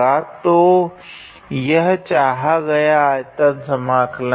तो यह चाहा गया आयतन समाकलन है